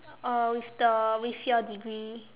uh with the with your degree